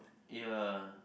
ya